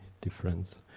difference